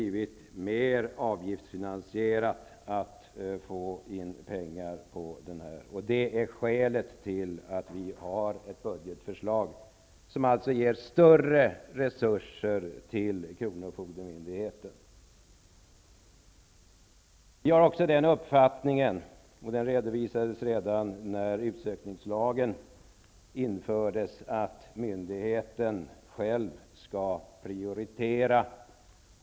Man får alltså in mer pengar genom avgiftsfinansiering. Detta är skälet till att vi har ett budgetförslag som ger större resurser till kronofogdemyndigheterna. Vi har också den uppfattningen -- den redovisades redan när utsökningslagen infördes -- att myndigheten själv skall prioritera.